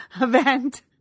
event